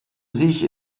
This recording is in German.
sich